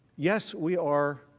yes we are